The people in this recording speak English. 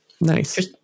Nice